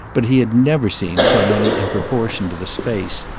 but he had never seen so many in proportion to the space,